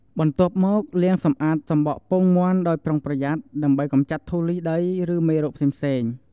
បន្ទាប់មក លាងសម្អាតសំបកពងមាន់ដោយប្រុងប្រយ័ត្ន ដើម្បីកម្ចាត់ធូលីដី ឬមេរោគផ្សេងៗ។